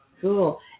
Cool